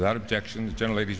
without objections generally